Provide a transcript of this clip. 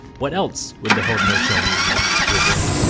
what else would the haudenosaunee want to avoid?